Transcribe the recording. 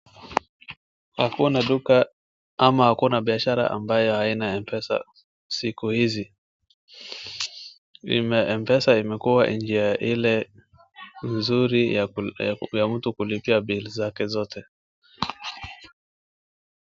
Hakuna duka ama hakuna biashara ambayo haina Mpesa siku hizi, Mpesa imekuwa njia ile nzuri ya mtu kulipia cs [bill] cs zake zote.